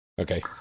Okay